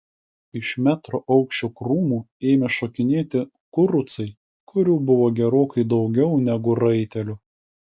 iš metro aukščio krūmų ėmė šokinėti kurucai kurių buvo gerokai daugiau negu raitelių